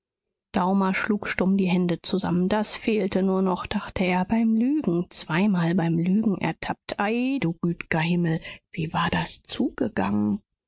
daumer schlug stumm die hände zusammen das fehlte nur noch dachte er beim lügen zweimal beim lügen ertappt ei du gütiger himmel wie war das zugegangen